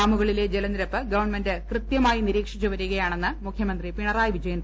ഡാമുകളിലെ ജലനിരപ്പ് ഗവൺമെന്റ് കൃത്യമായി നിരീക്ഷിച്ചു വരികയാണെന്ന് മുഖ്യമന്ത്രി പിണറായി വിജയൻ